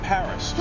Paris